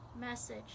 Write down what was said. message